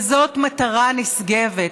וזאת מטרה נשגבת.